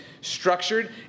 structured